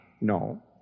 No